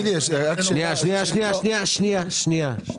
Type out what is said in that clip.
אני